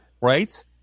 right